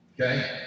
Okay